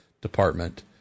department